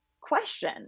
question